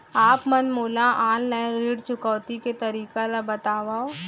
आप मन मोला ऑनलाइन ऋण चुकौती के तरीका ल बतावव?